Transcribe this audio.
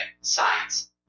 science